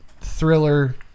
thriller